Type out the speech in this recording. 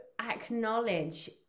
acknowledge